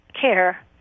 care